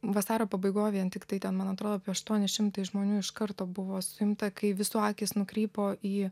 vasario pabaigoj vien tiktai ten man atrodo apie aštuoni šimtai žmonių iš karto buvo suimta kai visų akys nukrypo į